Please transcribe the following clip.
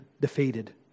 defeated